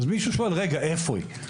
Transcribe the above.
מישהו שואל איפה הוא?